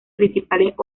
principales